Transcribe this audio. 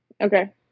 Okay